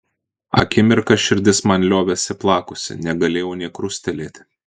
akimirką širdis man liovėsi plakusi negalėjau nė krustelėti